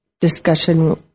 discussion